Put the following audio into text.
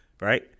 right